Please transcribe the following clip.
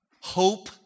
hope